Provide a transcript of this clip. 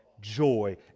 joy